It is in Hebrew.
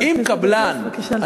בבקשה לסיים.